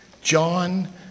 John